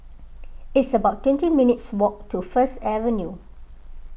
it's about twenty minutes' walk to First Avenue